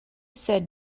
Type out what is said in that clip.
said